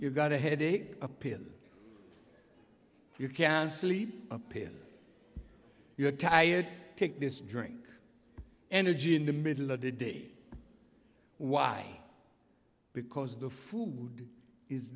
you got a headache a pill you can sleep appears you're tired take this drink energy in the middle of the day why because the food is